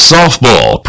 Softball